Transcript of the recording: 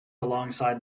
alongside